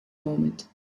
moment